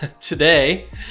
Today